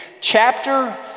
Chapter